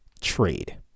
trade